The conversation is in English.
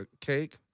cake